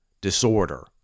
disorder